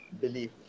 belief